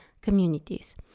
communities